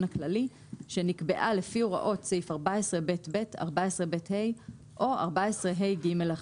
הכללי שנקבעה לפי הוראות סעיף 14ב(ב) ו-14ב(ה) או 14ה(ג) לחוק".